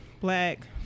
black